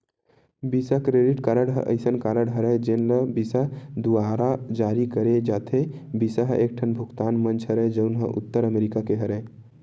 बिसा debit card ह असइन कारड हरय जेन ल बिसा दुवारा जारी करे जाथे, बिसा ह एकठन भुगतान मंच हरय जउन ह उत्तर अमरिका के हरय